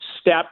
step